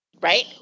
right